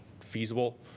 feasible